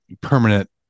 permanent